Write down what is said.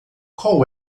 qual